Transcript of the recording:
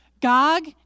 GOG